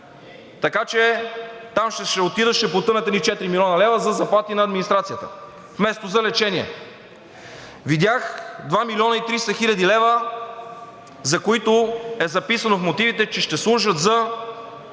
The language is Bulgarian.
Така че там ще отидат, ще потънат едни 4 млн. лв. за заплати на администрацията, вместо за лечение. Видях 2 млн. 300 хил. лв., за които е записано в мотивите, че ще служат за